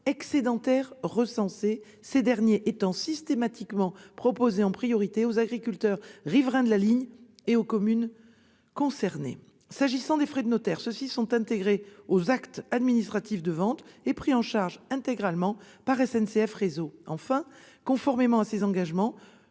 excédentaires recensés, ces derniers étant systématiquement proposés en priorité aux agriculteurs riverains de la ligne et aux communes concernées. S'agissant des frais de notaires, ceux-ci sont intégrés aux actes administratifs de vente et pris en charge intégralement par SNCF Réseau. Enfin, conformément à ses engagements,